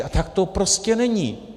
A tak to prostě není!